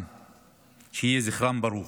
יהי זכרם ברוך.